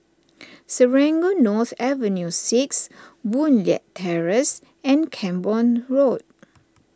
Serangoon North Avenue six Boon Leat Terrace and Camborne Road